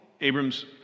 Abram's